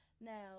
Now